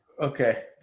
okay